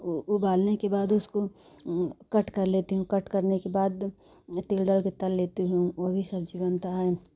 उबालने के बाद उसको कट कर लेती हूँ कट करने के बाद तेल डाल के तल लेती हूँ वही सब्ज़ी बनता है